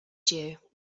due